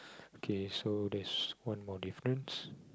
K so there's one more difference